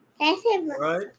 right